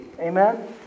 Amen